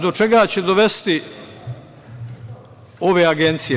Do čega će dovesti ove agencije?